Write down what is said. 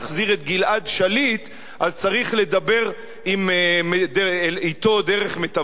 גלעד שליט אז צריך לדבר אתו דרך מתווכים,